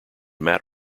matt